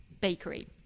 Bakery